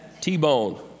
T-bone